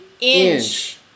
inch